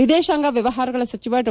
ವಿದೇಶಾಂಗ ವ್ಯವಹಾರಗಳ ಸಚಿವ ಡಾ